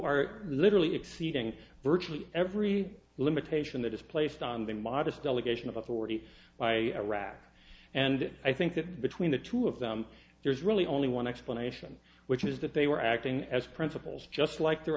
are literally exceeding virtually every limitation that is placed on the modest delegation of authority by iraq and i think that between the two of them there's really only one explanation which is that they were acting as principals just like the